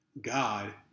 God